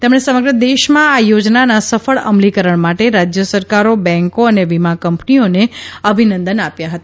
તેમણે સમગ્ર દેશમાં આ યોજનાના સફળ અમલીકરણ માટે રાજ્ય સરકારો બેન્કો અને વીમાકંપનીઓને અભિનંદન આપ્યા હતા